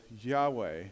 Yahweh